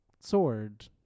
sword